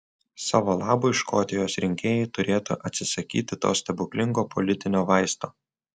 savo labui škotijos rinkėjai turėtų atsisakyti to stebuklingo politinio vaisto